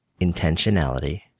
intentionality